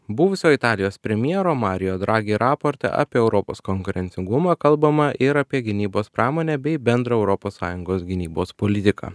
buvusio italijos premjero mario dragi raporte apie europos konkurencingumą kalbama ir apie gynybos pramonę bei bendrą europos sąjungos gynybos politiką